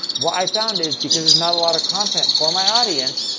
what i found is, because there's not a lot of content for my audience,